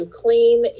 clean